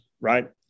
right